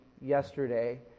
yesterday